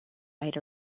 might